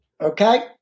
Okay